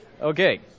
Okay